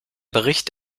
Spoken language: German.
bericht